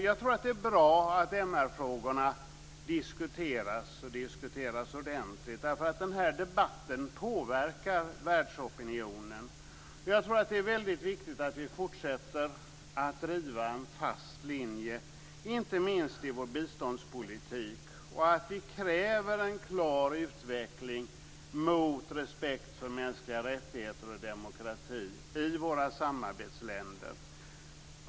Jag tror att det är bra att MR-frågorna diskuteras ordentligt därför att den här debatten påverkar världsopinionen. Jag tror att det är väldigt viktigt att vi fortsätter att driva en fast linje, inte minst i vår biståndspolitik, och att vi kräver en klar utveckling mot respekt för mänskliga rättigheter och demokrati i våra samarbetsländer.